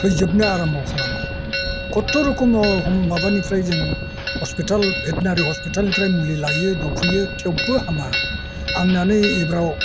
थैजोबनो आराम्भ' खालामो खथ्थ'रखम माबानिफ्राय जों हस्पिटाल भेटेनारि हस्पिटालनिफ्राय मुलि लायो दौफैयो थेवबो हामा आंनियानो बेबाराव